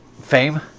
fame